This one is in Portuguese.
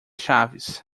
chaves